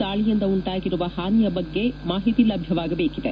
ದಾಳಿಯಿಂದ ಉಂಟಾಗಿರುವ ಹಾನಿಯ ಬಗ್ಗೆ ಮಾಹಿತಿ ಲಭ್ಯವಾಗಬೇಕಿದೆ